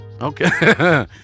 Okay